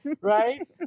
Right